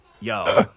yo